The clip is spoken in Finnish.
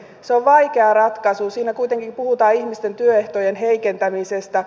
se on vaikea ratkaisu siinä kuitenkin puhutaan ihmisten työehtojen heikentämisestä